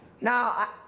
Now